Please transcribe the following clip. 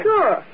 Sure